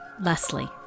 Leslie